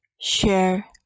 share